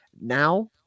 now